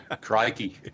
Crikey